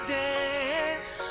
dance